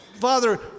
Father